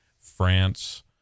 France